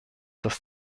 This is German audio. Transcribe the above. das